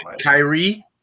Kyrie